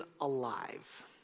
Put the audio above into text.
alive